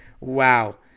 Wow